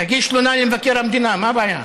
תגיש תלונה למבקר המדינה, מה הבעיה?